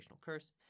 curse